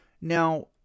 Now